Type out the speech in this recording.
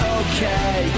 okay